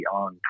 on